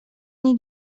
nie